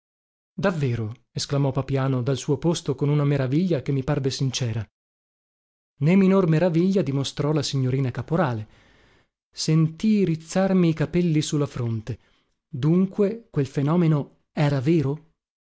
davvero esclamò papiano dal suo posto con una meraviglia che mi parve sincera né minor meraviglia dimostrò la signorina caporale sentii rizzarmi i capelli su la fronte dunque quel fenomeno era vero